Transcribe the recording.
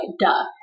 duh